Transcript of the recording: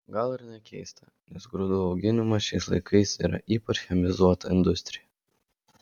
gal ir nekeista nes grūdų auginimas šiais laikai yra ypač chemizuota industrija